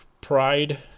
pride